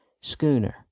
schooner